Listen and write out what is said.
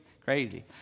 crazy